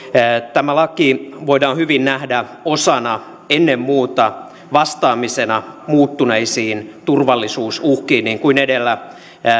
tämä laki voidaan hyvin nähdä ennen muuta vastaamisena muuttuneisiin turvallisuusuhkiin niin kuin edellä